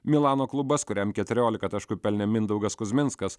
milano klubas kuriam keturiolika taškų pelnė mindaugas kuzminskas